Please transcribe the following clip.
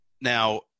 Now